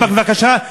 בבקשה,